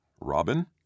Robin